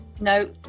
No